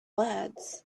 words